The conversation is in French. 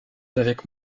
avec